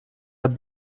ein